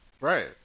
Right